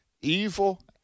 Evil